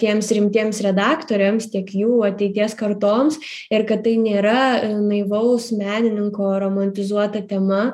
tiems rimtiems redaktoriams tiek jų ateities kartoms ir kad tai nėra naivaus menininko romantizuota tema